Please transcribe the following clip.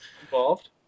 involved